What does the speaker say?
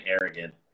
arrogant